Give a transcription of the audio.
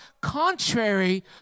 contrary